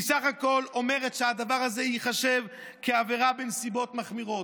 היא בסך הכול אומרת שהדבר הזה ייחשב כעבירה בנסיבות מחמירות.